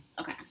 Okay